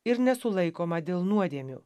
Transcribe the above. ir nesulaikoma dėl nuodėmių